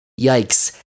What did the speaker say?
Yikes